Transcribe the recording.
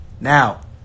now